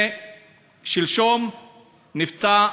שלשום נפצע